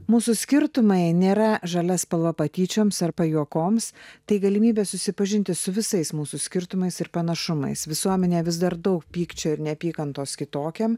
mūsų skirtumai nėra žalia spalva patyčioms ar pajuokoms tai galimybė susipažinti su visais mūsų skirtumais ir panašumais visuomenė vis dar daug pykčio ir neapykantos kitokiam